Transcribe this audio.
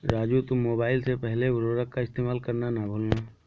राजू तुम मोबाइल से पहले उर्वरक का इस्तेमाल करना ना भूलना